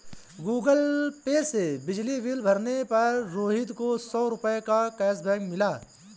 Google Pay से बिजली bill भरने पर रोहित को सौ रूपए का कैशबैक मिला